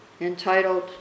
entitled